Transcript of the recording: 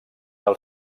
del